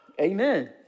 Amen